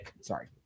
Sorry